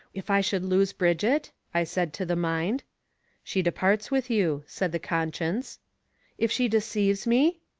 if i should lose brigitte? i said to the mind she departs with you, said the conscience if she deceives me?